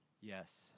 Yes